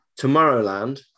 Tomorrowland